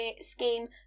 scheme